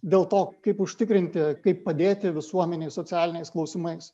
dėl to kaip užtikrinti kaip padėti visuomenei socialiniais klausimais